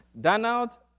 Donald